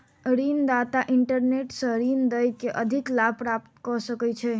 ऋण दाता इंटरनेट सॅ ऋण दय के अधिक लाभ प्राप्त कय सकै छै